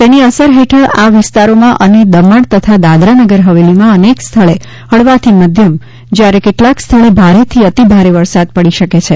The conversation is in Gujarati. તેની અસર હેઠળ આ વિસ્તારોમાં અને દમણ તથા દાદરાનગર હવેલીમાં અનેક સ્થળે હળવાથી મધ્યમ જ્યારે કેટલાંક સ્થળે ભારેથી અતિ ભારે વરસાદ પડી શકે છે